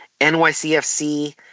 NYCFC